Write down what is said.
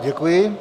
Děkuji.